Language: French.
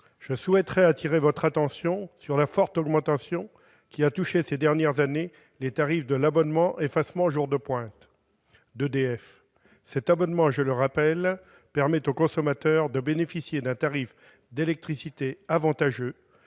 je souhaite attirer votre attention sur la forte augmentation, ces dernières années, des tarifs de l'abonnement « effacement jour de pointe », ou EJP, proposé par EDF. Cet abonnement, je le rappelle, permet aux consommateurs de bénéficier d'un tarif d'électricité avantageux